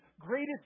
greatest